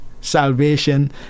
Salvation